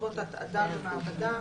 לרבות שירותי התעדה ומעבדה,